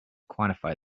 quantify